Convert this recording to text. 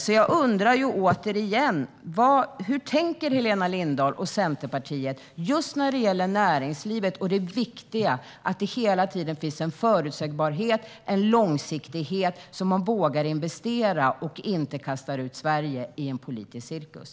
Därför undrar jag återigen: Hur tänker Helena Lindahl och Centerpartiet just när det gäller näringslivet och det viktiga i att det hela tiden finns en förutsägbarhet och en långsiktighet, så att man vågar investera och inte kastar ut Sverige i en politisk cirkus?